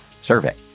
survey